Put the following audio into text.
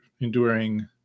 enduring